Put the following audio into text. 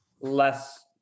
less